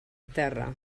terra